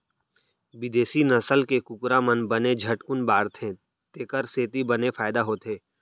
बिदेसी नसल के कुकरा मन बने झटकुन बाढ़थें तेकर सेती बने फायदा होथे